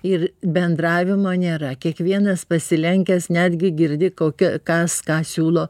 ir bendravimo nėra kiekvienas pasilenkęs netgi girdi kokia kas ką siūlo